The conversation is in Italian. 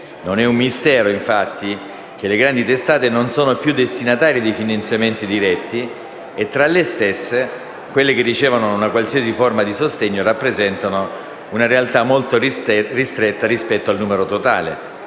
Non è un mistero, infatti, che le grandi testate non sono più destinatarie di finanziamenti diretti e, tra le stesse, quelle che ricevono una qualsiasi forma di sostegno rappresentano una realtà molto ristretta rispetto al numero totale: